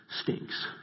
stinks